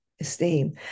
esteem